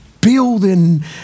building